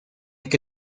que